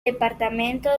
departamento